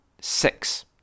six